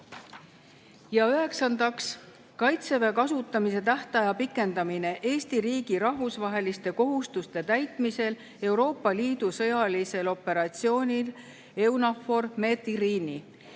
Üheksas, "Kaitseväe kasutamise tähtaja pikendamine Eesti riigi rahvusvaheliste kohustuste täitmisel Euroopa Liidu sõjalisel operatsioonilEUNAVFOR Med/Irini".